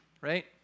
right